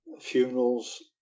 funerals